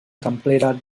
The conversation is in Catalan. templera